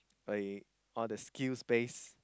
like all the skills based